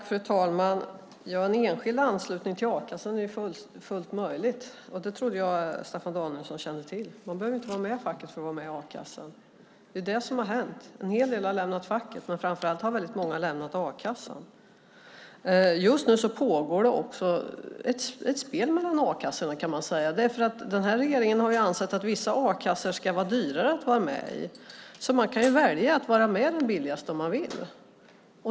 Fru talman! Enskild anslutning till a-kassan är fullt möjlig. Det trodde jag att Staffan Danielsson kände till. Man behöver inte vara med i facket för att vara med i a-kassan. Det är det som har hänt. En hel del har lämnat facket, men framför allt har väldigt många lämnat a-kassan. Just nu pågår också ett spel mellan a-kassorna. Den här regeringen har ju ansett att det ska vara dyrare att vara med i vissa a-kassor, så man kan välja att vara med i den billigaste om man vill.